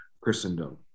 Christendom